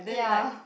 ya